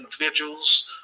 individuals